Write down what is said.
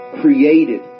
created